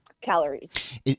calories